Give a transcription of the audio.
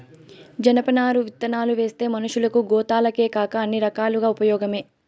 జనపనార విత్తనాలువేస్తే మనషులకు, గోతాలకేకాక అన్ని రకాలుగా ఉపయోగమే